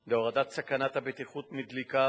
להורדת סכנת הבטיחות מדלקה